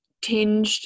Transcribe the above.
tinged